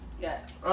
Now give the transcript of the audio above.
Yes